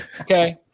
Okay